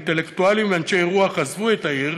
אינטלקטואלים ואנשי רוח עזבו את העיר,